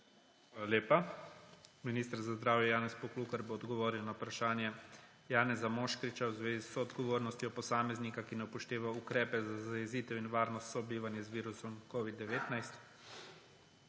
Hvala lepa. Minister za zdravje Janez Poklukar bo odgovoril na vprašanje Janeza Moškriča v zvezi s soodgovornostjo posameznika, ki ne upošteva ukrepov za zajezitev in varnost sobivanja z virusom covida-19.